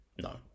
no